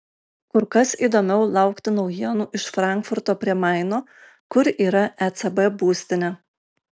kur kas įdomiau laukti naujienų iš frankfurto prie maino kur yra ecb būstinė